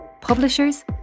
publishers